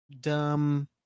dumb